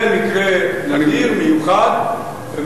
זה מקרה נדיר, מיוחד.